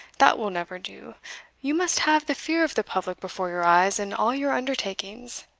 that will never do you must have the fear of the public before your eyes in all your undertakings.